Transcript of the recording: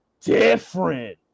different